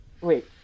wait